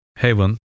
Heaven